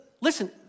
listen